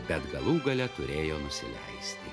bet galų gale turėjo nusileisti